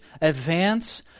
advance